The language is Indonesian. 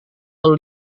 lalu